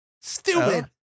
Stupid